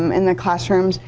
um in the classrooms.